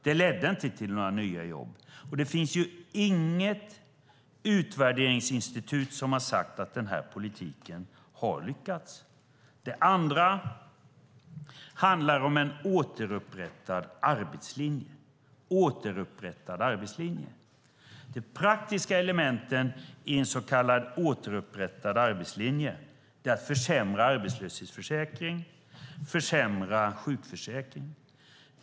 De ledde inte till några nya jobb, och det finns inget utvärderingsinstitut som har sagt att den här politiken har lyckats. Den andra handlar om en återupprättad arbetslinje. De praktiska elementen i en så kallad återupprättad arbetslinje är att försämra arbetslöshetsförsäkringen och försämra sjukförsäkringen.